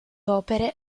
opere